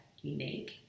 unique